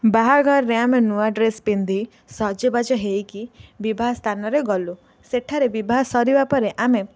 ବାହାଘରରେ ଆମେ ନୂଆ ଡ୍ରେସ ପିନ୍ଧି ସଜବାଜ ହୋଇକି ବିବାହ ସ୍ଥାନରେ ଗଲୁ ସେଠାରେ ବିବାହ ସରିବା ପରେ ଆମେ